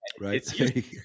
Right